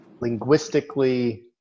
linguistically